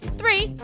three